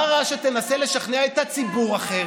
מה רע שתנסה לשכנע את הציבור אחרת?